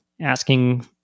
asking